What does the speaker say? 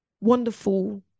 wonderful